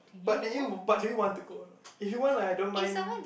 but did you but did you want to go a not if you want I don't mind